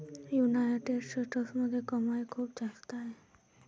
United स्टेट्समध्ये कमाई खूप जास्त आहे